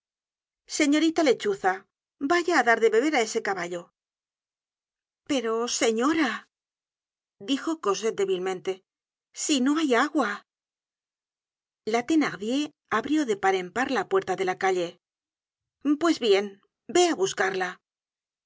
señorita lechuza vaya á dar de beber á ese caballo pero señora dijo cosette débilmente si no hay agua la thenardier abrió de par en par la puerta de la calle pues bien ve ábuscarla